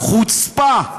חוצפה.